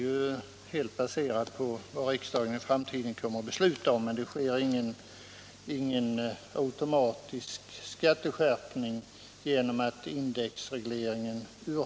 Men tack vare indexregleringen av skatteskalan sker det ingen automatisk skatteskärpning genom inflationen.